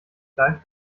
bleibt